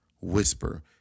whisper